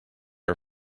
are